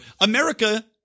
America